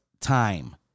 time